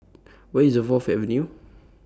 Where IS The Fourth Avenue